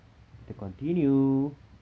kita continue